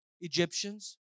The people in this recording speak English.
Egyptians